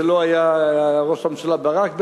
זה לא היה ראש הממשלה ברק,